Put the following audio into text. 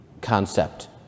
concept